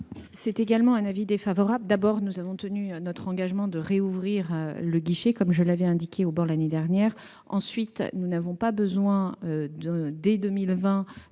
émet également un avis défavorable. Tout d'abord, nous avons tenu notre engagement de rouvrir le guichet, comme je l'avais indiqué ici même l'an dernier. Ensuite, nous n'avons pas besoin, dès 2020,